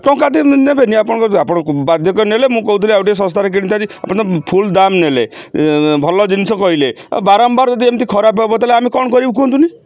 ଟଙ୍କା ନେବେନି ଆପଣ ଆପଣଙ୍କୁ ବାଦ୍ୟକ ନେଲେ ମୁଁ କହୁଥିଲି ଆଉ ଟିକିଏ ଶସ୍ତାରେ କିଣିଥାନ୍ତି ଆପଣ ଫୁଲ ଦାମ୍ ନେଲେ ଭଲ ଜିନିଷ କହିଲେ ଆଉ ବାରମ୍ବାର ଯଦି ଏମିତି ଖରାପ ହେବ ତା'ହେଲେ ଆମେ କ'ଣ କରିବୁ କୁହନ୍ତୁନି